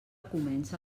comença